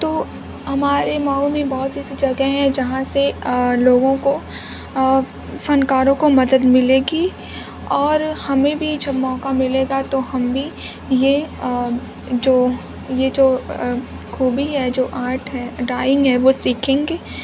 تو ہمارے مئو میں بہت سی ایسی جگہ ہیں جہاں سے لوگوں کو فنکاروں کو مدد ملے گی اور ہمیں بھی جب موقع ملے گا تو ہم بھی یہ جو یہ جو خوبی ہے جو آرٹ ہے ڈرائنگ ہے وہ سیکھیں گے